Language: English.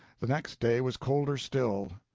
the next day was colder still.